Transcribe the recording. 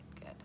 Good